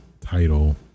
title